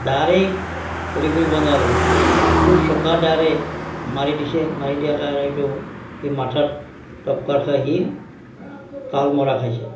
দাৰেই হেৰি কৰিব নোৱাৰি খুব চোকা দাৰে মাৰি দিছে মাৰি দিয়াৰ কাৰণে এইটো সি মাথাত তক্কৰ খাই সি তাল মৰা খাইছে